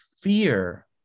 fear